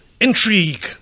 intrigue